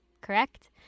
Correct